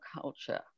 culture